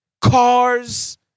cars